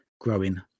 growing